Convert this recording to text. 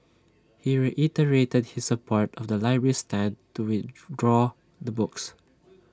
he reiterated his support of the library's stand to withdraw the books